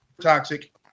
toxic